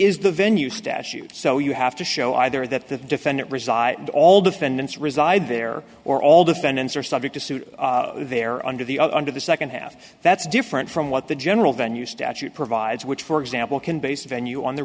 is the venue statute so you have to show either that the defendant reside and all defendants reside there or all defendants are subject to suit there under the under the second half that's different from what the general venue statute provides which for example can base venue on the